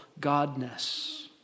godness